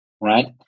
right